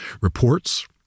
reports